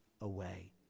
away